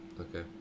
Okay